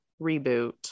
reboot